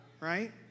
Right